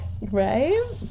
Right